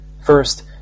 First